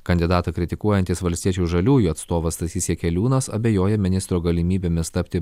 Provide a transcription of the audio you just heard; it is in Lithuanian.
kandidatą kritikuojantis valstiečių žaliųjų atstovas stasys jakeliūnas abejoja ministro galimybėmis tapti